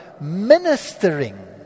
ministering